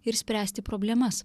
ir spręsti problemas